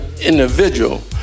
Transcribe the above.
individual